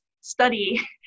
study